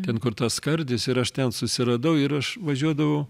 ten kur tas skardis ir aš ten susiradau ir aš važiuodavau